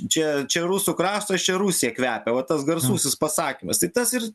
čia čia rusų kraštas čia rusija kvepia va tas garsusis pasakymas tai tas ir